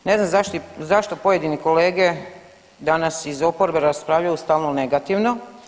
Ne znam zašto pojedini kolege danas iz oporbe raspravljaju stalno negativno.